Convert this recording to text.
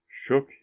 shook